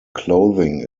clothing